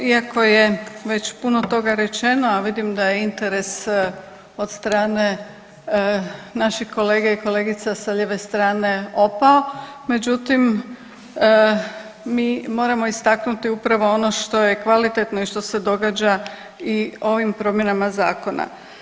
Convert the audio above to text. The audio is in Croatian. Iako je već puno toga rečeno, a vidim da je interes od strane naših kolega i kolegica sa lijeve strane opao, međutim mi moramo istaknuti upravo ono što je kvalitetno i što se događa i ovim promjenama zakona.